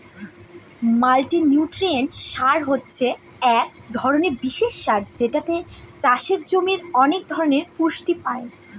multinutrient সার হছে এক ধরনের বিশেষ সার যেটাতে চাষের জমির অনেক ধরনের পুষ্টি পাই